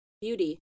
Beauty